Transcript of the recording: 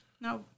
No